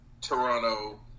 Toronto